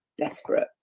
Desperate